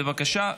בבקשה.